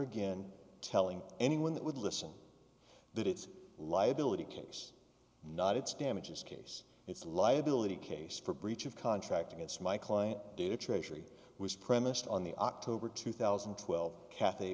again telling anyone that would listen that it's liability case not its damages case it's a liability case for breach of contract against my client data treasury was premised on the october two thousand and twelve cath